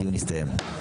הדיון הסתיים.